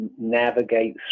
navigate